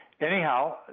Anyhow